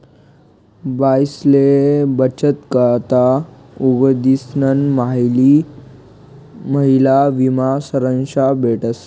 बाईसले बचत खाता उघडीसन महिला विमा संरक्षा भेटस